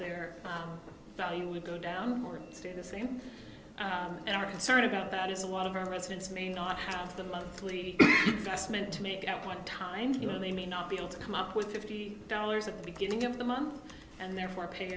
their value will go down or stay the same and our concern about that is a lot of our residents may not have the monthly testament to make at one time you know they may not be able to come up with fifty dollars at the beginning of the month and therefore pa